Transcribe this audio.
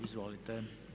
Izvolite.